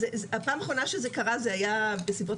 הפעם האחרונה שזה קרה זה היה בסביבות